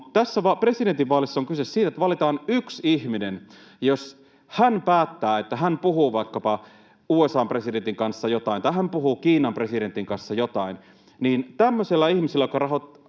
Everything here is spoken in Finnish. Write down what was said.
Mutta presidentinvaaleissa on kyse siitä, että valitaan yksi ihminen. Jos hän päättää, että hän puhuu vaikkapa USA:n presidentin kanssa jotain tai hän puhuu Kiinan presidentin kanssa jotain, niin tämmöisellä ihmisellä, joka lahjoittaa